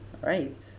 alright